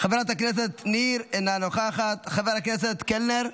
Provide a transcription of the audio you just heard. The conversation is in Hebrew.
חברת הכנסת ניר, אינה נוכחת, חבר הכנסת קלנר,